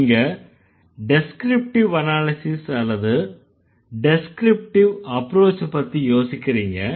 நீங்க descriptive analysis அல்லது descriptive approach பத்தி யோசிக்கறீங்க